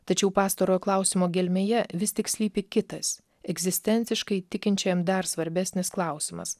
tačiau pastarojo klausimo gelmėje vis tik slypi kitas egzistenciškai tikinčiajam dar svarbesnis klausimas